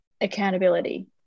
accountability